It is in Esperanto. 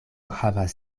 havas